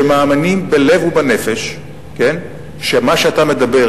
שמאמינים בלב ובנפש שמה שאתה מדבר,